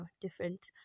different